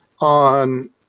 on